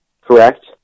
correct